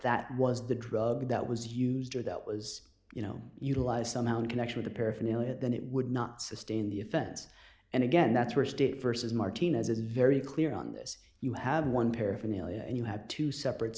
that was the drug that was used or that was you know utilize somehow in connection with a paraphernalia then it would not sustain the offense and again that's where state versus martinez is very clear on this you have one paraphernalia and you have two separate